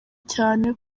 cyane